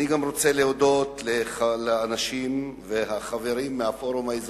אני רוצה להודות גם לאנשים ולחברים מהפורום להסכמה